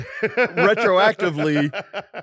retroactively